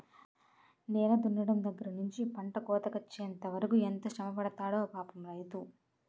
నేల దున్నడం దగ్గర నుంచి పంట కోతకొచ్చెంత వరకు ఎంత శ్రమపడతాడో పాపం రైతు